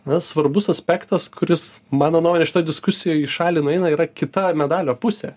na svarbus aspektas kuris mano nuomone šitoj diskusijoj į šalį nueina yra kita medalio pusė